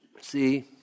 See